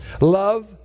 Love